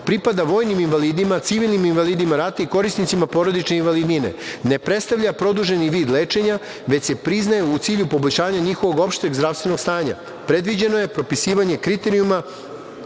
pripada vojnim invalidima, civilnim invalidima rata i korisnicima porodične invalidnine, ne predstavlja produženi vid lečenja, već se priznaje u cilju poboljšanja njihovog opšteg zdravstvenog stanja. Predviđeno je propisivanje kriterijuma,